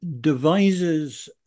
devises